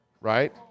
right